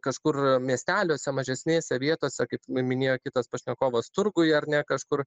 kažkur miesteliuose mažesnėse vietose kaip minėjo kitas pašnekovas turguj ar ne kažkur